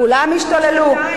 אז מה עשיתם שנתיים?